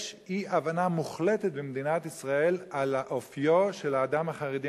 יש אי-הבנה מוחלטת במדינת ישראל על אופיו של האדם החרדי.